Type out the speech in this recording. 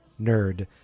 nerd